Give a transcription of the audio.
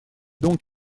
donc